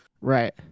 right